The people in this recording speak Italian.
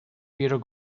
piero